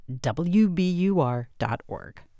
WBUR.org